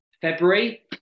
February